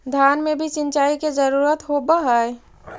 धान मे भी सिंचाई के जरूरत होब्हय?